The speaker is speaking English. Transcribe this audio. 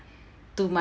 to my